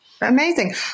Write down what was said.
Amazing